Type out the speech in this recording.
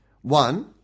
One